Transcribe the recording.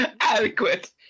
Adequate